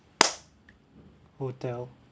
hotel